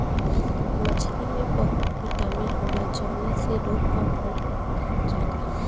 मछरी में बहुत बिटामिन होला जउने से रोग कम होत जाला